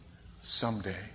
someday